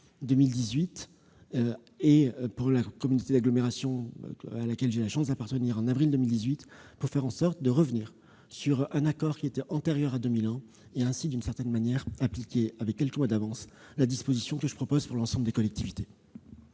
mois suivant la communauté d'agglomération à laquelle j'ai la chance d'appartenir, pour revenir sur un accord antérieur à 2001 et ainsi, d'une certaine manière, appliquer avec quelques mois d'avance la disposition que je propose pour l'ensemble des collectivités.